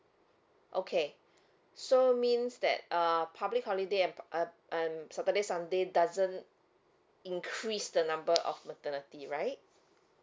okay so means that uh public holiday and um saturday sunday doesn't increase the number of maternity right